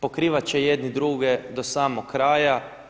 Pokrivat će jedni druge do samog kraja.